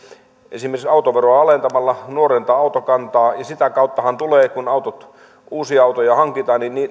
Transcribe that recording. esimerkiksi autoveroa alentamalla nuorentaa autokantaa sitä kauttahan kun uusia autoja hankitaan